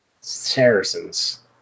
Saracens